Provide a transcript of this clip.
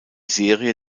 serie